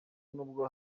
nubwo